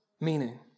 meaning